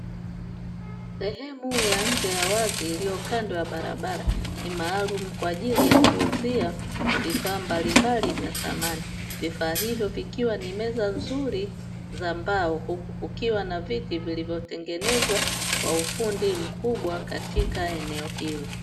Sehemu ya nje ya wazi iliyo kando ya barabara ni maalumu kwa ajili ya kuuzia vifaa mbalimbali vya samani. Vifaa hivyo vikiwa ni meza nzuri za mbao huku kukiwa na viti vilivyotengenezwa kwa ufundi mkubwa katika eneo hilo.